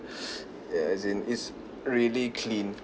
ya as in is really clean